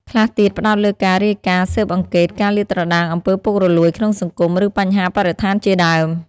ខ្លះទៀតផ្តោតលើការរាយការណ៍ស៊ើបអង្កេត ការលាតត្រដាងអំពើពុករលួយក្នុងសង្គម ឬបញ្ហាបរិស្ថានជាដើម។